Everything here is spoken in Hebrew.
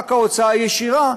רק ההוצאה הישירה,